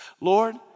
lord